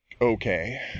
okay